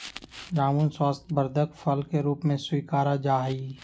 जामुन स्वास्थ्यवर्धक फल के रूप में स्वीकारा जाहई